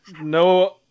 no